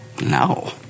no